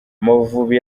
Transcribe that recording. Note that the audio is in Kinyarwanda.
amavubi